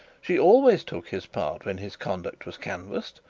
she always took his part when his conduct was canvassed,